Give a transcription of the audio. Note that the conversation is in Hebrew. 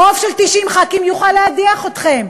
רוב של 90 חברי כנסת יוכל להדיח אתכם.